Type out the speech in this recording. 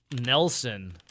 Nelson